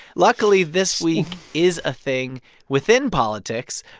luckily, this week is a thing within politics.